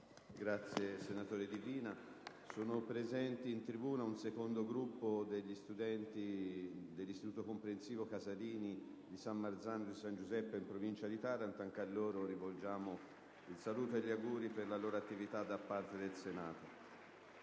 finestra"). È presente in tribuna un secondo gruppo di studenti dell'Istituto comprensivo «Angelo Casalini» di San Marzano di San Giuseppe, in provincia di Taranto. Anche a loro rivolgiamo il saluto e gli auguri per la loro attività da parte del Senato.